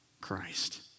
Christ